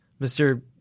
Mr